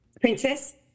Princess